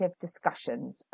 discussions